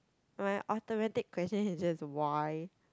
my automatic question is just why